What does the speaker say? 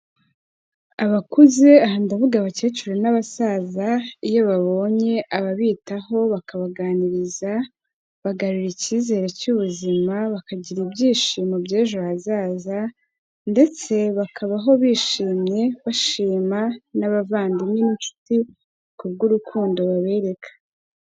Abakuze aha ndavuga abakecuru n'abasaza, iyo babonye ababitaho bakabaganiriza, bagarura icyizere cy'ubuzima bakagira ibyishimo by'ejo hazaza ndetse bakabaho bishimye, bashima n'abavandimwe n'inshuti ku bw'urukundo babereka.